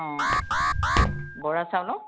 অঁ বৰা চাউলৰ